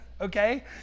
okay